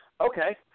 Okay